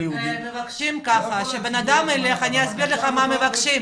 אני אסביר לך מה מבקשים,